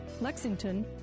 Lexington